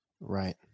Right